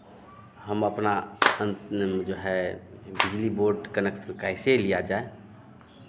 हम अपना जो है बिजली बोर्ड कनेक्शन कैसे लिया जाए